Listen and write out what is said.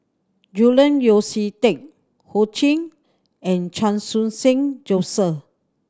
Julian Yeo See Teck Ho Ching and Chan Khun Sing Joseph